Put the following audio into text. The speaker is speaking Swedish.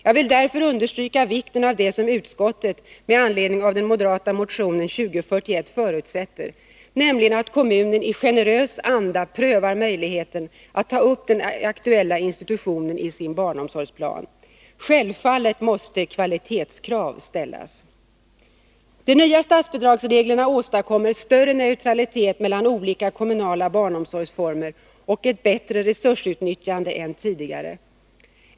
Jag vill därför understryka vikten av det som utskottet med anledning av den moderata motionen 2041 förutsätter, nämligen att kommunen i generös anda prövar möjligheten att ta upp den aktuella institutionen i sin barnomsorgsplan. Självfallet måste kvalitetskrav ställas. De nya statsbidragsreglerna åstadkommer större neutralitet mellan olika kommunala barnomsorgsformer och ett bättre resursutnyttjande än tidigare.